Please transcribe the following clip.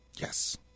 yes